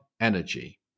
energy